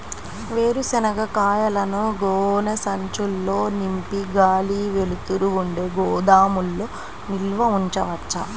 వేరుశనగ కాయలను గోనె సంచుల్లో నింపి గాలి, వెలుతురు ఉండే గోదాముల్లో నిల్వ ఉంచవచ్చా?